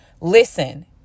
Listen